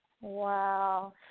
wow